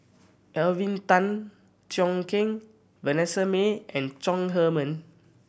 Alvin Tan Cheong Kheng Vanessa Mae and Chong Heman